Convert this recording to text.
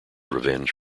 revenge